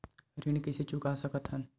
ऋण कइसे चुका सकत हन?